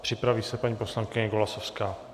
Připraví se paní poslankyně Golasowská.